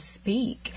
speak